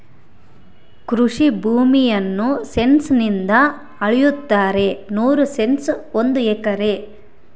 ಕೃಷಿ ಭೂಮಿಯನ್ನು ಸೆಂಟ್ಸ್ ನಿಂದ ಅಳೆಯುತ್ತಾರೆ ನೂರು ಸೆಂಟ್ಸ್ ಒಂದು ಎಕರೆ